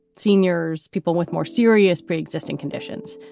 seniors, people with more serious pre-existing conditions,